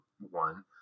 one